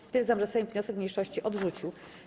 Stwierdzam, że Sejm wniosek mniejszości odrzucił.